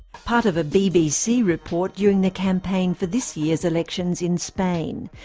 part of a bbc report during the campaign for this year's elections in spain,